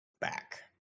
back